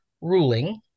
ruling